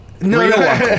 No